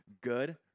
good